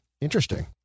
interesting